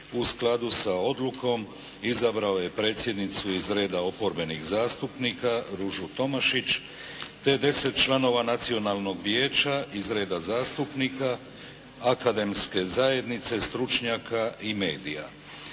u skladu sa odlukom izabrao je predsjednicu iz reda oporbenih zastupnika Ružu Tomašić te deset članova Nacionalnog vijeća iz reda zastupnika, akademske zajednice, stručnjaka i medija,